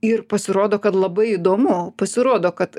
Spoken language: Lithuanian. ir pasirodo kad labai įdomu pasirodo kad